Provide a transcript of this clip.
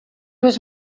was